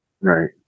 Right